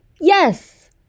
Yes